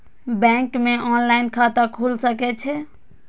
Bank में online खाता खुल सके छे?